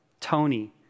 Tony